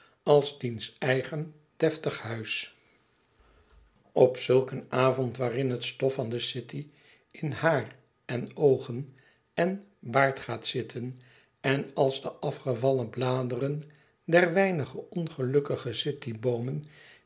als diens eigen deftig huis op zulk een avond waarin het stof van de city in haar en oogenen baard gaat zitten en als de afgevallen bladeren der weinige ongelukkige cityboomen